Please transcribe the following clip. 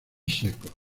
secos